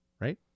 Right